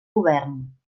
govern